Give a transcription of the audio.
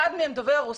אחד מהם דובר רוסית,